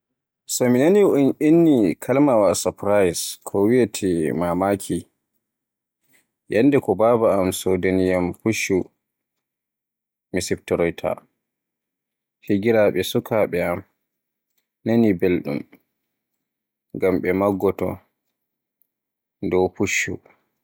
So mi nani un inni kalimaawa surprise ko wiyeete "mamaki" yannde ko baba am sodaaniyaam fuccu mi siftoroyta, hiraaɓe sukaaɓe am nani belɗum, ngam ɓe maggoto dow fuccu.